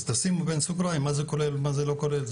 אז תשימו בסוגריים מה זה כולל ומה זה לא כולל,